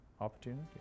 opportunity